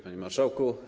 Panie Marszałku!